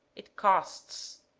it costs